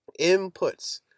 Inputs